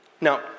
Now